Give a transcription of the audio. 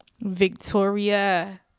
Victoria